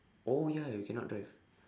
oh ya you cannot drive